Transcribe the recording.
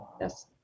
Yes